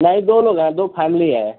नहीं दो लोग हैं दो फैमिली है